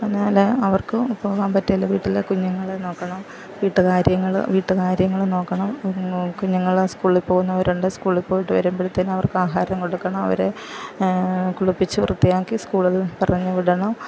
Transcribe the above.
എന്നാല് അവർക്ക് പോകാൻ പറ്റില്ല വീട്ടില് കുഞ്ഞുങ്ങളെ നോക്കണം വീട്ട്കാര്യങ്ങള് വീട്ട്കാര്യങ്ങള് നോക്കണം കുഞ്ഞുങ്ങളെ സ്കൂളിൽ പോകുന്നവരുണ്ട് സ്കൂളിൽ പോയിട്ട് വരുമ്പഴത്തേനും അവർക്ക് ആഹാരം കൊടുക്കണം അവരെ കുളിപ്പിച്ച് വൃത്തിയാക്കി സ്കൂളിൽ പറഞ്ഞ് വിടണം